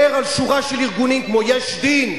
אומר על שורה של ארגונים כמו "יש דין",